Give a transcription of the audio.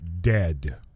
dead